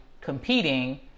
competing